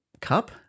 cup